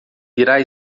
irá